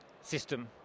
system